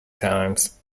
times